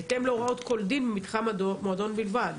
בהתאם להוראות כל דין במתחם המועדון בלבד.